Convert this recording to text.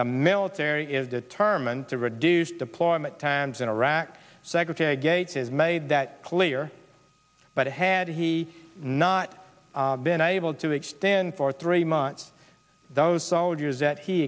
the military is determined to reduce deployment times in iraq secretary gates has made that clear but had he not been able to extend for three months those soldiers that he